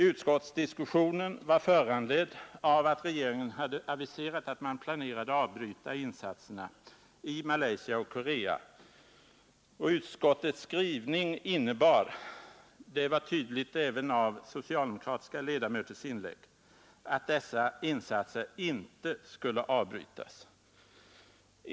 Utskottsdiskussionen var föranledd av att regeringen hade aviserat att man planerade avbryta insatserna i Malaysia och Korea, och utskottets skrivning innebar — det var tydligt även av socialdemokratiska ledamöters inlägg — att dessa insatser inte skulle avbrytas.